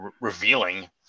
revealing